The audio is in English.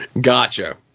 Gotcha